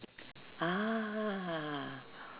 ah